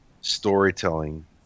storytelling